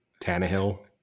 Tannehill